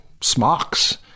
smocks